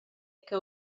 que